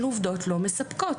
הן עובדות לא מספקות.